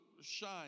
shine